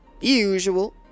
Usual